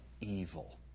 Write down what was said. evil